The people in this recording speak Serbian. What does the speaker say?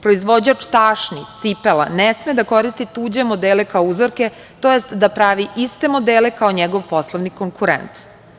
Proizvođač tašni, cipela ne sme da koristi tuđe modele kao uzorke, tj. da pravi iste modele kao njegov poslovni konkurent.